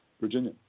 Virginia